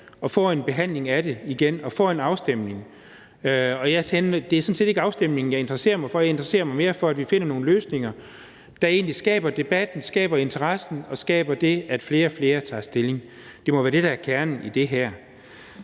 og får en behandling af det igen og får en afstemning. Det er sådan set ikke afstemningen, jeg interesserer mig for. Jeg interesserer mig mere for, at vi finder nogle løsninger, der skaber debatten og interessen og gør, at flere og flere tager stilling. Det må være det, der er kernen i det her.